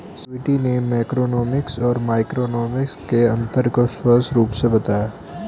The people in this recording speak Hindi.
स्वीटी ने मैक्रोइकॉनॉमिक्स और माइक्रोइकॉनॉमिक्स के अन्तर को स्पष्ट रूप से बताया